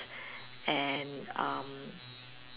and um